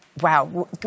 wow